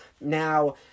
Now